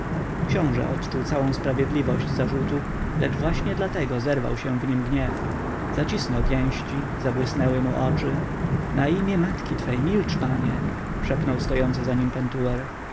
książę odczuł całą sprawiedliwość zarzutu lecz właśnie dlatego zerwał się w nim gniew zacisnął pięści zabłysnęły mu oczy na imię matki twej milcz panie szepnął stojący za nim pentuer